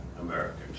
Americans